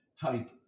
type